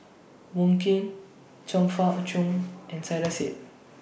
Wong Keen Chong Fah Cheong and Saiedah Said